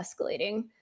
escalating